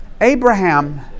Abraham